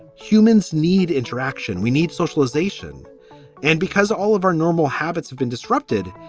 humans need interaction. we need socialization and because all of our normal habits have been disrupted.